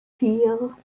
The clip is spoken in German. vier